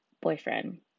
boyfriend